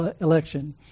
election